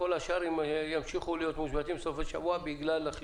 כל השאר ימשיכו להיות מושבתים בסופי שבוע בגלל החישמול.